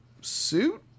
suit